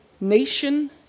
nation